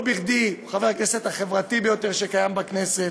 לא בכדי הוא חבר הכנסת החברתי ביותר שקיים בכנסת.